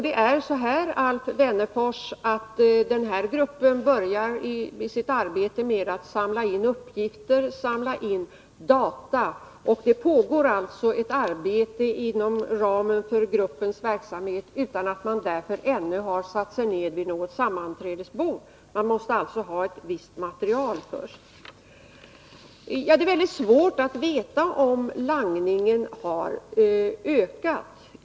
Denna grupp, Alf Wennerfors, började sitt arbete med att samla in uppgifter. Det pågår alltså ett arbete inom ramen för gruppens verksamhet utan att den därför ännu har satt sig ned vid något sammanträdesbord. Gruppen måste ha ett visst material först. Det är mycket svårt att veta om langningen har ökat.